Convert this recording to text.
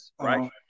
right